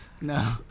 No